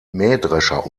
mähdrescher